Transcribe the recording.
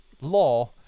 law